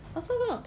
apasal kak